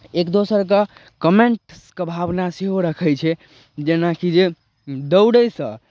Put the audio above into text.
एक दोसरके कमेन्टके भावना सेहो रखै छै जेनाकि जे दौड़यसँ